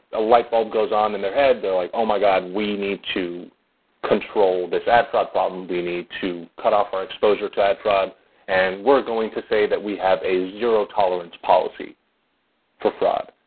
a light bulb goes on in their head, they're like, oh my god! we need to control this ad fraud problem. we need to cut off our exposure to ad fraud and we're going to say that we have a zero tolerance policy for fraud,